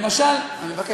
למשל, אני מבקש.